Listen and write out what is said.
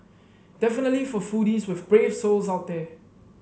definitely for foodies with brave souls out there